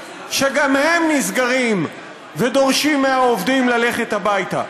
שנסגרים ודורשים מהעובדים ללכת הביתה.